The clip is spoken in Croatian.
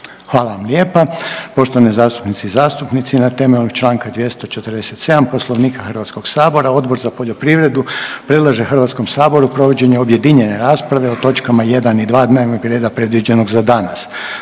Željko (HDZ)** Poštovane zastupnice i zastupnici, na temelju čl. 247. Poslovnika HD Odbor za poljoprivredu predlaže HS provođenje objedinjene rasprave o točkama 1. i 2. dnevnog reda predviđenog za danas.